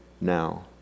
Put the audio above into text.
now